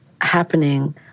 happening